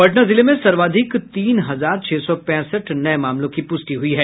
पटना जिले में सर्वाधिक तीन हजार छह सौ पैंसठ नये मामलों की पुष्टि हुई है